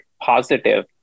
positive